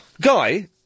Guy